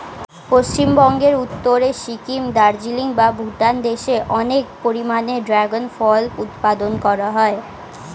পশ্চিমবঙ্গের উত্তরে সিকিম, দার্জিলিং বা ভুটান দেশে অনেক পরিমাণে ড্রাগন ফল উৎপাদন করা হয়